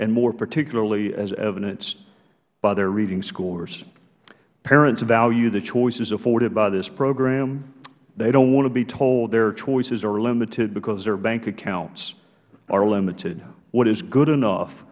and more particularly as evidenced by their reading scores parents value the choices afforded by this program they don't want to be told their choices are limited because their bank accounts are limited what is good enough